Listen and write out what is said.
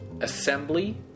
assembly